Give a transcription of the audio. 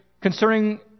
concerning